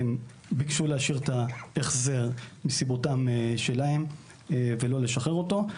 הם ביקשו להשאיר את ההחזר מסיבותיהם שלהם ולא לשחרר אותו.